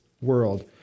world